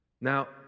Now